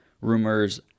rumors